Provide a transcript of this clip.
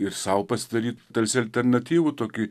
ir sau pasidaryti tarsi alternatyvų tokių